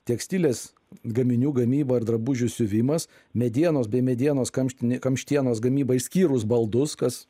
tekstilės gaminių gamyba ir drabužių siuvimas medienos bei medienos kamštinė kamštienos gamyba išskyrus baldus kas